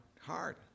hard